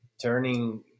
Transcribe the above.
turning